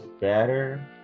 better